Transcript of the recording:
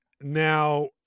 now